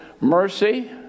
mercy